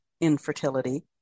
infertility